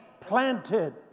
Planted